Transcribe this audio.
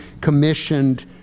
commissioned